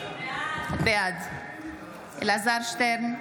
בעד אלעזר שטרן,